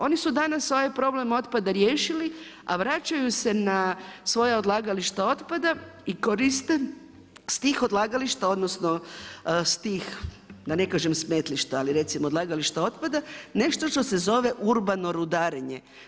Oni su danas ovaj problem otpada riješili a vraćaju se na svoja odlagališta otpada i koriste s tih odlagališta odnosno s tih, da ne kažem smetlišta, ali recimo odlagališta otpada nešto što se zove urbano rudarenje.